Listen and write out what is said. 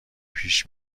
پیش